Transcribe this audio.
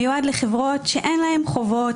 מיועד לחברות שאין להם חובות,